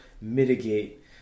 mitigate